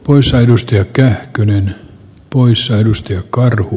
poissa industry kähkönen p poissa edusti karhu